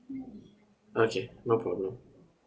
okay no problem